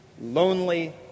Lonely